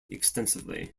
extensively